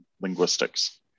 linguistics